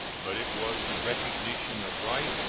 but it was the recognition of right,